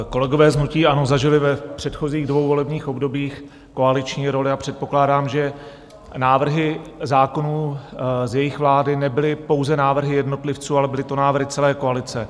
Kolegové z hnutí ANO zažili v předchozích dvou volebních obdobích koaliční roli a předpokládám, že návrhy zákonů z jejich vlády nebyly pouze návrhy jednotlivců, ale byly to návrhy celé koalice.